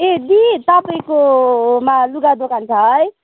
ए दी तपाईँकोमा लुगा दोकान छ है